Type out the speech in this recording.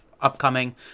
upcoming